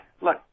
look